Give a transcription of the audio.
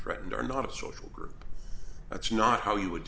threatened are not a social group that's not how you would